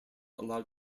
allowed